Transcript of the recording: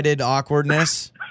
awkwardness